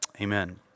Amen